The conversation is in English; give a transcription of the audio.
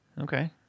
Okay